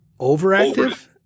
overactive